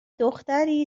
دختری